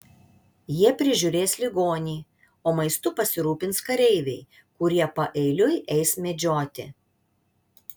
jie prižiūrės ligonį o maistu pasirūpins kareiviai kurie paeiliui eis medžioti